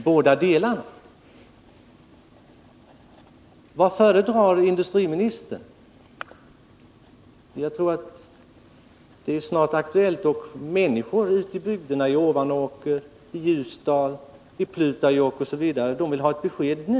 Jag tror att ett avgörande i den frågan snart är aktuellt, och människor i bygderna i Ovanåker, Ljusdal, Pleutajokk osv. vill ha ett besked nu.